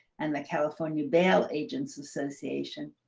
and the california bail agents association.